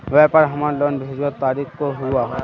व्यापार हमार लोन भेजुआ तारीख को हुआ?